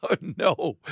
No